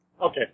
Okay